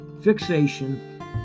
fixation